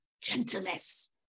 gentleness